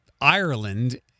Ireland